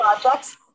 projects